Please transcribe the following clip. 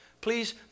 Please